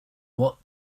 what